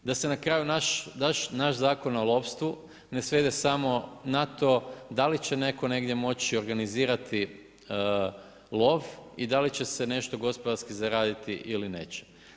Da se na kraju naš Zakon o lovstvu ne svede samo nato da li će netko negdje moći organizirati lov ili da li će se nešto gospodarski zaraditi ili neće.